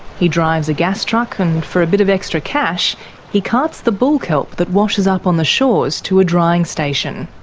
he drives a gas truck, and for a bit of extra cash he carts the bull kelp that washes up on the shores to a drying station.